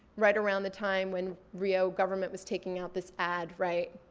right around the time when rio government was taking out this ad, right?